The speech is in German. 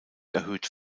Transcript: erhöht